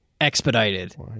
expedited